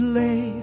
lay